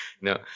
No